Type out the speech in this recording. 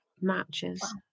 Matches